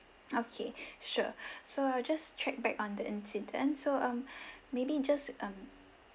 okay sure so I'll just track back on the incident so um maybe just um